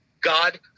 God